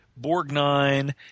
Borgnine